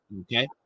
Okay